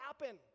happen